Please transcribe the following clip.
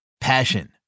Passion